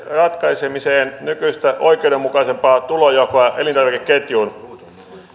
ratkaisemiseen nykyistä oikeudenmukaisempaa tulonjakoa elintarvikeketjuun